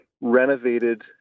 renovated